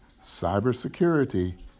cybersecurity